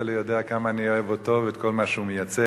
כצל'ה יודע כמה אני אוהב אותו ואת כל מה שהוא מייצג.